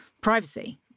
privacy